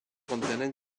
contenen